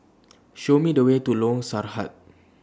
Show Me The Way to Lorong Sarhad